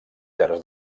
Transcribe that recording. terç